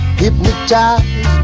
hypnotized